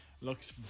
looks